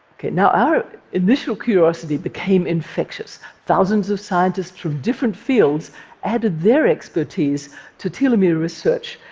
ok, now our initial curiosity became infectious. thousands of scientists from different fields added their expertise to telomere research,